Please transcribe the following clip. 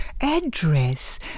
address